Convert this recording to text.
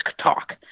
talk